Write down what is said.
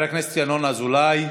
חבר הכנסת ינון אזולאי,